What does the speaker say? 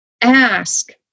ask